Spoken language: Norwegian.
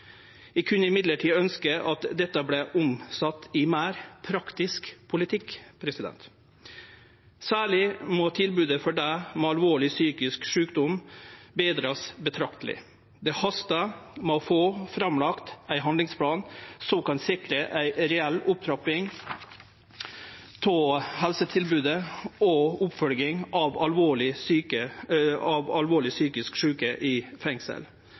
eg ønskje at dette vart omsett i meir praktisk politikk. Særleg må tilbodet for dei med alvorleg psykisk sjukdom verte betra betrakteleg. Det hastar med å få lagt fram ein handlingsplan som kan sikre ei reell opptrapping av helsetilbodet og oppfølging av alvorleg psykisk sjuke i fengsel,